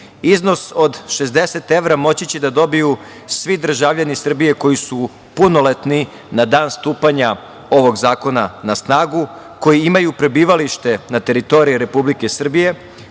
od 60 evra moći će da dobiju svi državljani Srbije koji su punoletni na dan stupanja ovog zakona na snagu koji imaju prebivalište na teritoriji Republike Srbije,